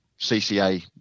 CCA